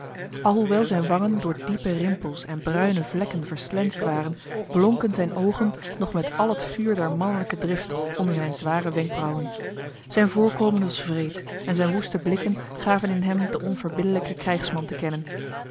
alhoewel zijn wangen door diepe rimpels en bruine vlekken verslensd waren blonken zijn ogen nog met al het vuur der manlijke drift onder zijn zware wenkbrauwen zijn voorkomen was wreed en zijn woeste blikken gaven in hem de onverbiddelijke krijgsman te kennen